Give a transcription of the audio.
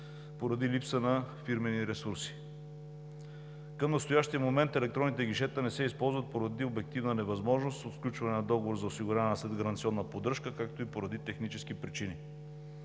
поради липса на фирмени ресурси. Към настоящия момент електронните гишета не се използват поради обективна невъзможност от сключване на договор за осигуряване на следгаранционна поддръжка, както и поради технически причини.